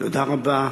תודה רבה.